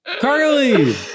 Carly